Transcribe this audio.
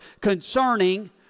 concerning